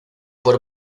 por